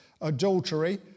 adultery